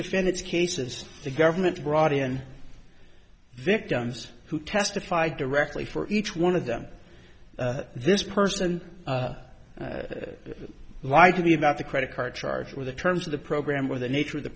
defendants cases the government brought in victims who testified directly for each one of them this person lied to me about the credit card charge where the terms of the program were the nature of the